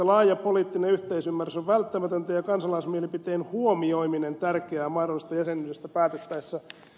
laaja poliittinen yhteisymmärrys on välttämätöntä ja kansalaismielipiteen huomioiminen tärkeää mahdollisesta jäsenyydestä päätettäessä